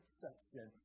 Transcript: section